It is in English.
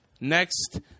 Next